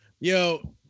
Yo